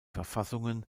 verfassungen